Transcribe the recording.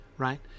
Right